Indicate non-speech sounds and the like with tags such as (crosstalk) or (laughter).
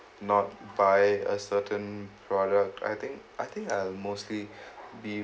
not buy a certain product I think I think I'm mostly (breath) be